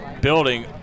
building